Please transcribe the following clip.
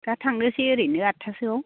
दा थांनोसै ओरैनो आट्टासोआव